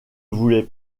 voulez